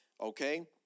Okay